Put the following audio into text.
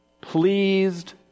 pleased